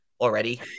already